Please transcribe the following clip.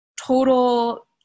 total